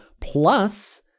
Plus